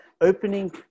opening